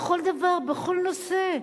בכל דבר, בכל נושא.